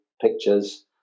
pictures